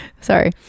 Sorry